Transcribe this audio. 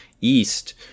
east